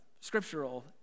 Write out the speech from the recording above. scriptural